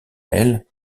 elles